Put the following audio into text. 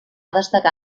destacar